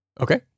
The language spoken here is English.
Okay